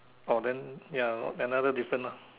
orh then ya another different ah